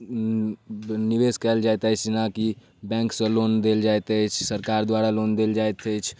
निबेष कयल जाइत अछि जेना की बैंक सऽ लोन लेल जाइत अछि सरकार द्वारा लोन देल जाइत अछि